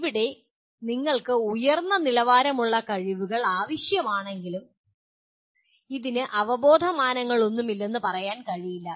ഇവിടെ നിങ്ങൾക്ക് ഉയർന്ന നിലവാരമുള്ള കഴിവുകൾ ആവശ്യമാണെങ്കിലും നിങ്ങൾക്ക് പറയാൻ കഴിയും ഇതിന് അവബോധമാനങ്ങളൊന്നുമില്ലെന്ന് പറയാൻ കഴിയില്ല